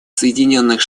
соединенных